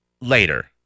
later